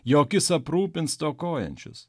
jog jis aprūpins stokojančius